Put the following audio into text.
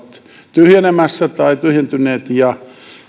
tyhjenemässä tai tyhjentyneet ja